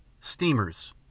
Steamers